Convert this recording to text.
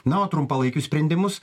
na o trumpalaikius sprendimus